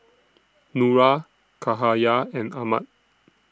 Nura Cahaya and Ahmad